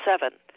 Seven